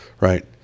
right